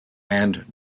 and